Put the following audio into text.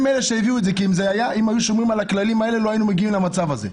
אם היו שומרים על הכללים האלה לא היינו מגיעים למצב הזה.